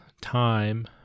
time